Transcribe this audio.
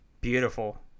Beautiful